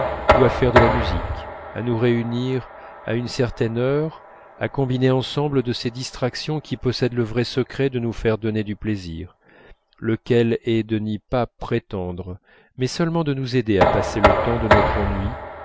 ou à faire de la musique à nous réunir à une certaine heure à combiner ensemble de ces distractions qui possèdent le vrai secret de nous faire donner du plaisir lequel est de n'y pas prétendre mais seulement de nous aider à passer le temps de notre ennui